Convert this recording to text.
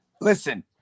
listen